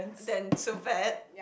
then so bad